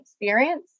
experience